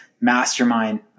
mastermind